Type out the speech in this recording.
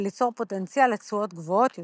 וליצור פוטנציאל לתשואות גבוהות יותר.